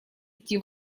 идти